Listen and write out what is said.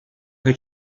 rez